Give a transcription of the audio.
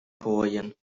gooien